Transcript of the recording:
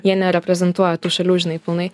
jie nereprezentuoja tų šalių žinai pilnai